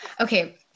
Okay